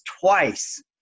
twice